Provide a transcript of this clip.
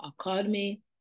Academy